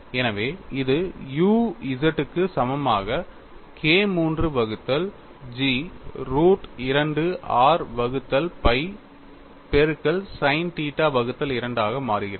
எனவே இது u z க்கு சமமாக KIII வகுத்தல் G ரூட் 2 r வகுத்தல் pi பெருக்கல் sin தீட்டா வகுத்தல் 2 ஆக மாறுகிறது